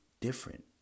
different